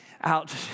out